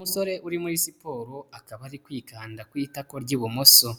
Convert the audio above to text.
Umusore uri muri siporo, akaba ari kwikanda ku itako ry'ibumoso.